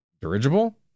Dirigible